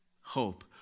hope